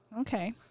Okay